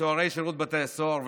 וסוהרי שירות בתי הסוהר,